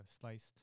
sliced